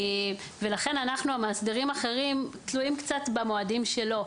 לכן אנחנו המאסדרים אחרים תלויים קצת במועדים שלו.